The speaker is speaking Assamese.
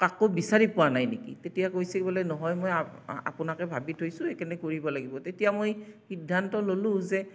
কাকো বিচাৰি পোৱা নাই নেকি তেতিয়া কৈছে বোলে নহয় মই আপোনাকে ভাবি থৈছোঁ এইকাৰণে কৰিব লাগিব তেতিয়া মই সিদ্ধান্ত ল'লোঁ যে